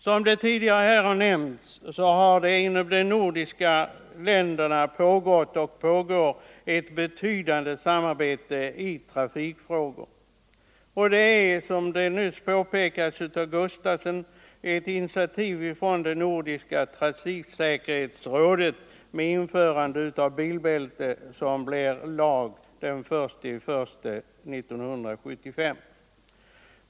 Som här tidigare nämnts har det inom de nordiska länderna pågått —- och pågår — ett betydande arbete i trafikfrågor. Såsom nyss påpekades av herr Sven Gustafson har ett initiativ tagits av Nordiska trafiksäkerhetsrådet om obligatoriskt införande av bilbälte, vilket förslag blir upphöjt till lag den 1 januari 1975.